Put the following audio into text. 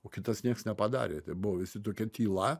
o kitas nieks nepadarė tai buvo visi tokia tyla